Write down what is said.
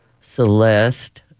Celeste